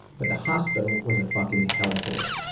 but the hospital was a fucking hell hole.